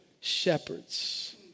shepherds